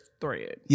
thread